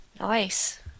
nice